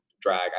drag